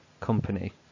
company